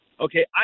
Okay